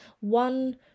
one